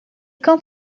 quand